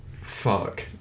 fuck